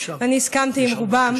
ואני הסכמתי עם רובם,